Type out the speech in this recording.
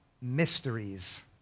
mysteries